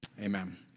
Amen